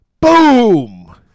boom